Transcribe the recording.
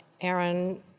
Aaron